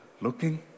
looking